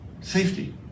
safety